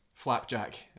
flapjack